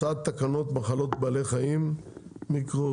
הצעת תקנות מחלות בעלי חיים (מיקרואורגניסמים,